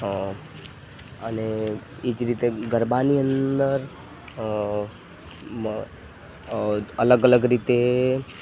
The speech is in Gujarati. અ અને એ જ રીતે ગરબાની અંદર મ અલગ અલગ રીતે